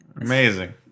Amazing